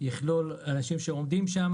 שיכלול אנשים שעומדים,